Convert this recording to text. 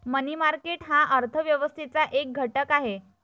मनी market हा अर्थ व्यवस्थेचा एक घटक आहे